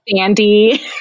andy